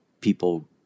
people